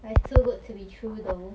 but it's too good to be true though